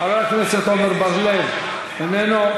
חבר הכנסת עמר בר-לב, איננו.